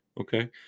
Okay